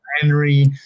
Henry